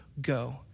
go